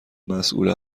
مسئول